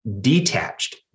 detached